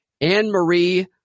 Anne-Marie